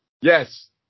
Yes